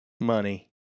Money